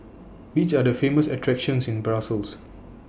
Which Are The Famous attractions in Brussels